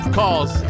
calls